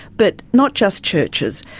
but not just churches,